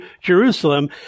Jerusalem